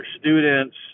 students